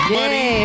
Money